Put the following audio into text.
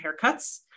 haircuts